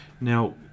Now